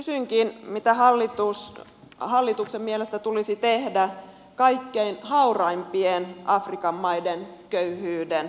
kysynkin mitä hallituksen mielestä tulisi tehdä kaikkein hauraimpien afrikan maiden köyhyyden poistamiseksi